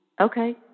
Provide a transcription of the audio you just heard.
okay